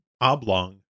oblong